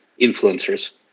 influencers